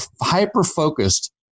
hyper-focused-